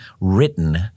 written